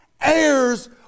heirs